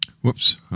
Whoops